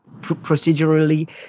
procedurally